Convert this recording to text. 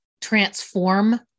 transform